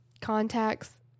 contacts